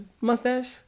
mustache